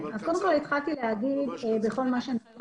קודם כל, התחלתי לומר בכל מה שנוגע